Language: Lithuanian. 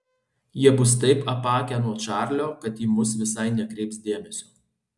jie bus taip apakę nuo čarlio kad į mus visai nekreips dėmesio